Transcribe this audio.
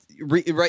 right